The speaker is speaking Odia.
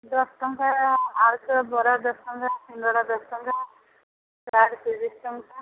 ଦଶଟଙ୍କା ଆଳୁଚପ ବରା ଦଶଟଙ୍କା ସିଙ୍ଗଡ଼ା ଦଶଟଙ୍କା ଚାଟ୍ ତିରିଶ ଟଙ୍କା